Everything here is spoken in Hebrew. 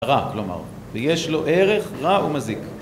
רע כלומר, ויש לו ערך רע ומזיק